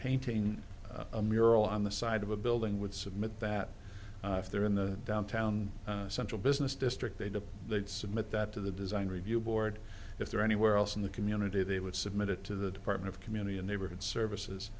painting a mural on the side of a building would submit that if they're in the downtown central business district they did they'd submit that to the design review board if there are anywhere else in the community they would submit it to the department of community and neighborhood services